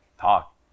talk